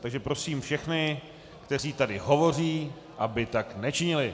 Takže prosím všechny, kteří tady hovoří, aby tak nečinili.